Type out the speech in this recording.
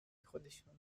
خودشان